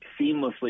seamlessly